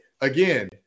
again